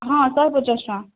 ହଁ ଶହେ ପଚାଶ ଟଙ୍କା